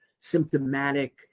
symptomatic